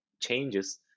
changes